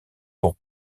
pour